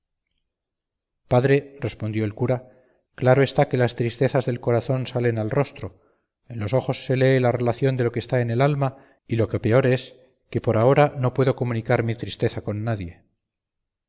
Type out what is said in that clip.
padre respondió el duque claro está que las tristezas del corazón salen al rostro en los ojos se lee la relación de lo que está en el alma y lo que peor es que por ahora no puedo comunicar mi tristeza con nadie